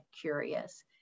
curious